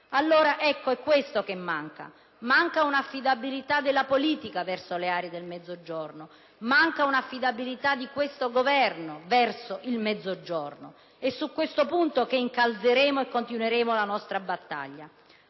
certe Regioni? È questo che manca. Manca un'affidabilità della politica verso le aree del Mezzogiorno. Manca un'affidabilità di questo Governo verso il Mezzogiorno. È su questo punto che incalzeremo e continueremo la nostra battaglia.